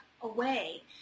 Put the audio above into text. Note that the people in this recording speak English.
away